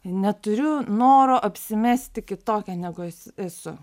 neturiu noro apsimesti kitokia negu esu